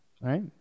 Right